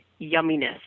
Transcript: yumminess